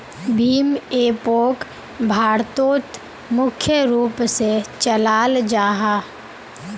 भीम एपोक भारतोत मुख्य रूप से चलाल जाहा